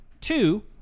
Two